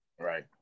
Right